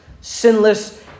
sinless